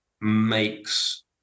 makes